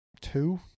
two